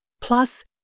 plus